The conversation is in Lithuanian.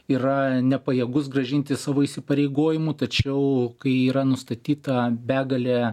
yra nepajėgus grąžinti savo įsipareigojimų tačiau kai yra nustatyta begalė